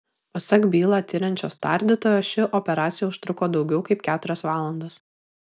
pasak bylą tiriančios tardytojos ši operacija užtruko daugiau kaip keturias valandas